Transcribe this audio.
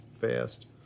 fast